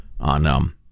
on